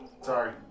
Sorry